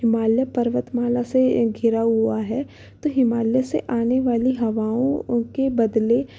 हिमालय पर्वतमाला से घिरा हुआ है तो हिमालय से आने वाली हवाओं के बदले